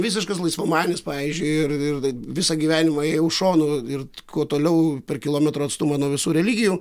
visiškas laisvamanis pavyzdžiui ir ir visą gyvenimą ėjau šonu ir kuo toliau per kilometro atstumą nuo visų religijų